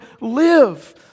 live